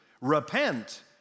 Repent